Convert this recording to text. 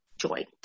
joint